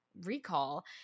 recall